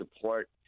support